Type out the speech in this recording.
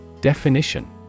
Definition